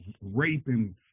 raping